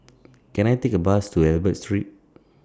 Can I Take A Bus to Albert Street